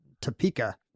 Topeka